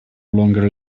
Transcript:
longer